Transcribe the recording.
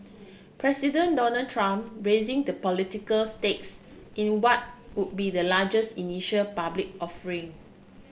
President Donald Trump raising the political stakes in what would be the largest initial public offering